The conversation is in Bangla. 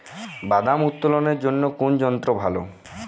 বাদাম উত্তোলনের জন্য কোন যন্ত্র ভালো?